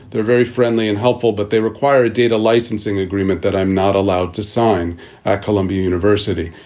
they're very friendly and helpful, but they require a data licensing agreement that i'm not allowed to sign at columbia university,